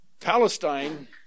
Palestine